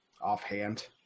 offhand